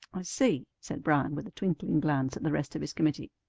i see, said bryan, with a twinkling glance at the rest of his committee.